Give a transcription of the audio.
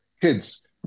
Kids